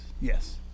yes